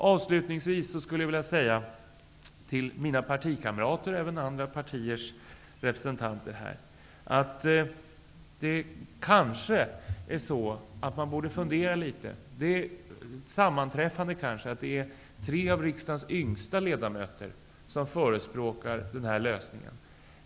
Avslutningsvis skulle jag vilja säga till mina partikamrater och även andra partiers representanter att det kanske är ett sammanträffande att det är tre av riksdagens yngsta ledamöter som förespråkar tunnellösningen.